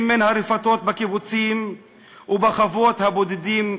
מהרפתות בקיבוצים ובחוות הבודדים מסביב.